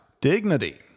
dignity